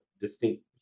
distinct